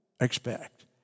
expect